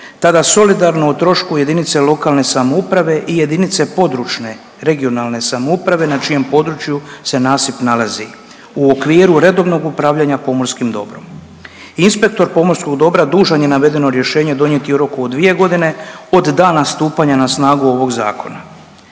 tada solidarno o trošku jedinice lokalne samouprave i jedinice područne (regionalne) samouprave na čijem području se nasip nalazi u okviru redovnog upravljanja pomorskim dobrom. Inspektor pomorskog dobra dužan je navedeno rješenje donijeti u roku od 2 godine od dana stupanja na snagu ovog zakona.